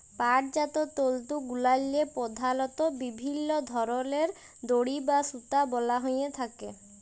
পাটজাত তলতুগুলাল্লে পধালত বিভিল্ল্য ধরলের দড়ি বা সুতা বলা হ্যঁয়ে থ্যাকে